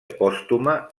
pòstuma